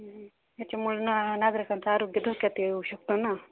ह्याच्यामुळं ना नागरिकांचं आरोग्य धोक्यात येऊ शकतो ना